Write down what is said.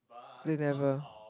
they never